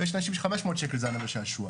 ויש אנשים ש-500 שקל זה הנאה ושעשוע.